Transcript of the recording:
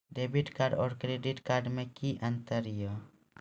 Debit card और credit card मे कि अंतर या?